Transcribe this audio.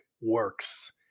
works